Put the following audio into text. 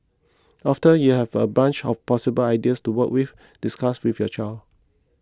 after you have a bunch of possible ideas to work with discuss with your child